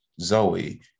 Zoe